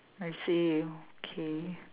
I see okay